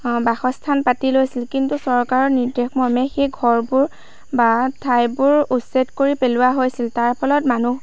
বাসস্থান পাতি লৈছিল কিন্তু চৰকাৰৰ নিৰ্দেশমৰ্মে সেই ঘৰবোৰ বা ঠাইবোৰ উচ্ছেদ কৰি পেলোৱা হৈছিল তাৰ ফলত মানুহ